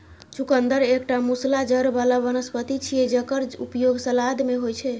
चुकंदर एकटा मूसला जड़ बला वनस्पति छियै, जेकर उपयोग सलाद मे होइ छै